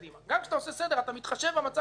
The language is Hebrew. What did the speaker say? גם כשאתה עושה סדר, אתה מתחשב במצב הקיים.